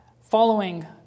following